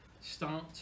start